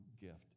gift